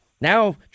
Now